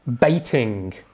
baiting